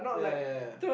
yeah yeah yeah yeah